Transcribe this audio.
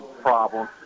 problem